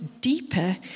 deeper